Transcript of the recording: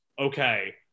Okay